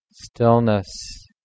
Stillness